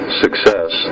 success